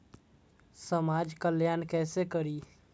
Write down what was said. समाज कल्याण केसे करी?